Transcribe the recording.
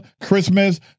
Christmas